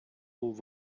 був